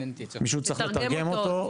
מישהו צריך לתרגם אותו.